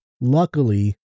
luckily